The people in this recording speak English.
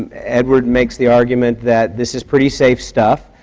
edward makes the argument that this is pretty safe stuff,